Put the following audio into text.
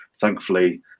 thankfully